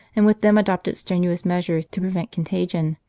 and with them adopted strenuous measures to prevent contagion,